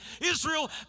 Israel